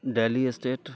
Delhi state